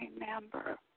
remember